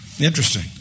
Interesting